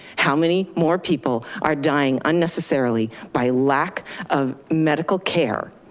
how many more people are dying unnecessarily by lack of medical care,